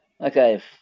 Okay